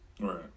Right